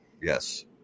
yes